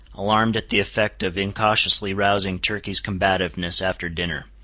alarmed at the effect of incautiously rousing turkey's combativeness after dinner.